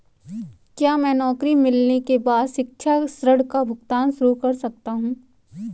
क्या मैं नौकरी मिलने के बाद शिक्षा ऋण का भुगतान शुरू कर सकता हूँ?